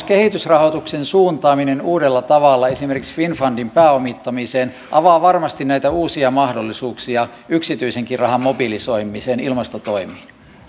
kehitysrahoituksen suuntaaminen uudella tavalla esimerkiksi finnfundin pääomittamiseen avaa varmasti näitä uusia mahdollisuuksia yksityisenkin rahan mobilisoimiseen ilmastotoimiin